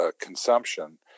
consumption